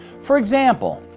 for example,